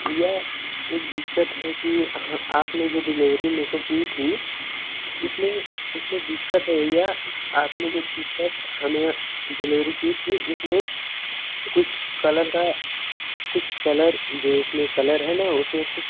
भैया एक दिक्कत है कि आपने जो डिलेवरी मेरे को की थी उसमें ये उसमें दिक्कत है भैया आपने जो टीसट हमें डिलेवरी की थी उसमें कुछ कलर का कुछ कलर जो उसमें कलर है न उसमें कुछ